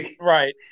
Right